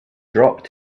dropped